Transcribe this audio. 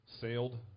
sailed